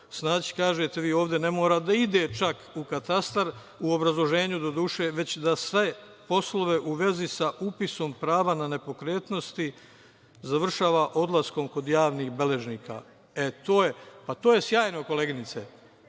snaći, kažete vi ovde - ne mora da ide čak u katastar, u obrazloženju doduše, već da sve poslove u vezi sa upisom prava na nepokretnosti završava odlaskom kod javnih beležnika. E, to je sjajno, koleginice.